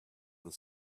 that